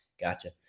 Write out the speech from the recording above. gotcha